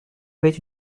avait